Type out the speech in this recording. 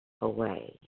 away